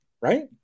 right